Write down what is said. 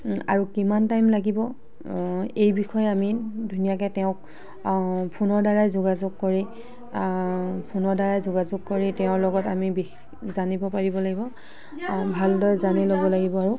আৰু কিমান টাইম লাগিব এই বিষয়ে আমি ধুনীয়াকৈ তেওঁক ফোনৰদ্বাৰা যোগাযোগ কৰি ফোনৰ দ্বাৰা যোগাযোগ কৰি তেওঁৰ লগত আমি বিশেষ জানিব পাৰিব লাগিব আৰু ভালদৰে জানি ল'ব লাগিব আৰু